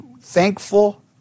thankful